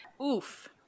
Oof